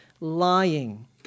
lying